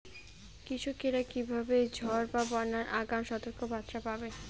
কৃষকেরা কীভাবে ঝড় বা বন্যার আগাম সতর্ক বার্তা পাবে?